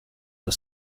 the